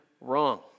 wrong